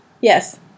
Yes